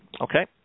Okay